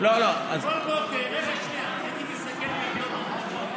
אני אומר לך,